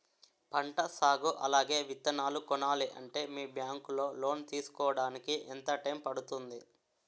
పంట సాగు అలాగే విత్తనాలు కొనాలి అంటే మీ బ్యాంక్ లో లోన్ తీసుకోడానికి ఎంత టైం పడుతుంది?